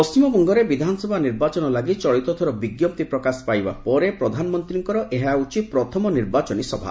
ପଣ୍ଟିମବଙ୍ଗରେ ବିଧାନସଭା ନିର୍ବାଚନ ଲାଗି ଚଳିତଥର ବିଜ୍ଞପ୍ତି ପ୍ରକାଶ ପାଇବା ପରେ ପ୍ରଧାନମନ୍ତ୍ରୀଙ୍କର ଏହା ହେଉଛି ପ୍ରଥମ ନିର୍ବାଚନୀ ସଭା